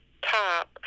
top